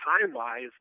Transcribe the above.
time-wise